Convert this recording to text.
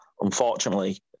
unfortunately